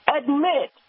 admit